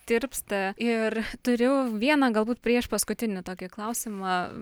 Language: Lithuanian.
tirpsta ir turiu vieną galbūt priešpaskutinį tokį klausimą